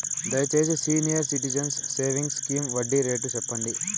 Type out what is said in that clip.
దయచేసి senior citizens savings scheme వడ్డీ rate సెప్పండి